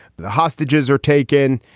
the hostages are taken.